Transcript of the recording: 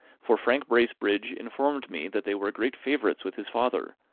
for frank bracebridge informed me that they were great favourites with his father,